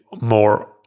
more